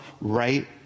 right